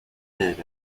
dead